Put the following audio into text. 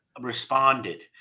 responded